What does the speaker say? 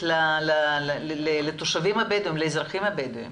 לאזרחים הבדואים